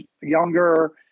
younger